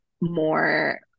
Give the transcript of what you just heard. more